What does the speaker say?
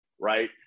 right